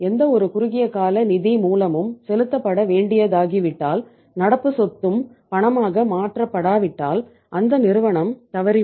எந்தவொரு குறுகிய கால நிதி மூலமும் செலுத்தப்பட வேண்டியதாகிவிட்டால் நடப்பு சொத்தும் பணமாக மாற்றப்படாவிட்டால் அந்த நிறுவனம் தவறிவிடும்